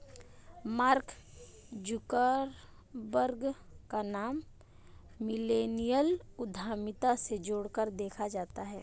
mark Zuckerberg का नाम millennial उद्यमिता से जोड़कर देखा जाता है